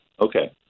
Okay